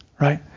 right